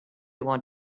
want